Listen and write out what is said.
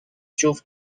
جفت